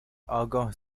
آگاه